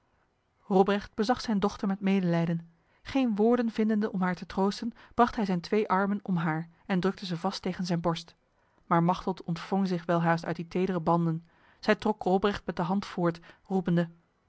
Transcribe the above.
robrecht bezag zijn dochter met medelijden geen woorden vindende om haar te troosten bracht hij zijn twee armen om haar en drukte ze vast tegen zijn borst maar machteld ontwrong zich welhaast uit die tedere banden zij trok robrecht met de hand voort roepende